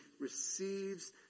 receives